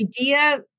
idea